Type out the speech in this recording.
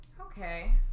Okay